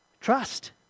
Trust